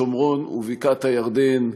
שומרון ובקעת הירדן,